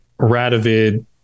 radovid